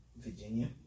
Virginia